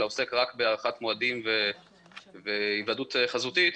אלא עוסק רק בהארכת מועדים והיוועדות חזותית.